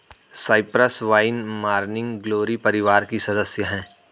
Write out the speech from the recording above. Cyprus vine morning glory परिवार की सदस्य हैं